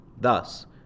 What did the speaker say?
Thus